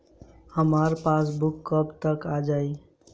हमार पासबूक कब तक आ जाई?